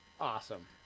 Awesome